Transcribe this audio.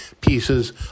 pieces